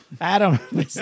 Adam